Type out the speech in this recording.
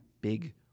big